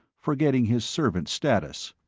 forgetting his servant status.